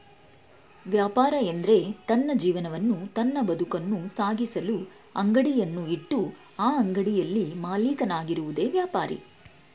ವ್ಯಾಪಾರ ಎಂದ್ರೆ ತನ್ನ ಜೀವನವನ್ನು ತನ್ನ ಬದುಕನ್ನು ಸಾಗಿಸಲು ಅಂಗಡಿಯನ್ನು ಇಟ್ಟು ಆ ಅಂಗಡಿಯಲ್ಲಿ ಮಾಲೀಕನಾಗಿರುವುದೆ ವ್ಯಾಪಾರಿ